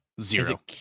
zero